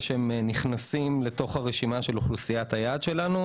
שהם נכנסים לתוך הרשימה של אוכלוסיית היעד שלנו,